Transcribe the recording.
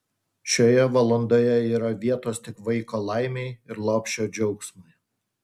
šioje valandoje yra vietos tik vaiko laimei ir lopšio džiaugsmui